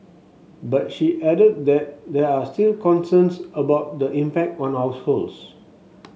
but she added that there are still concerns about the impact on the households